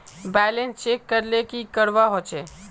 Balance check करले की करवा होचे?